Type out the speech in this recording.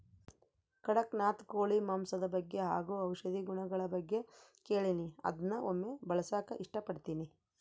ಕಡಖ್ನಾಥ್ ಕೋಳಿ ಮಾಂಸದ ಬಗ್ಗೆ ಹಾಗು ಔಷಧಿ ಗುಣಗಳ ಬಗ್ಗೆ ಕೇಳಿನಿ ಅದ್ನ ಒಮ್ಮೆ ಬಳಸಕ ಇಷ್ಟಪಡ್ತಿನಿ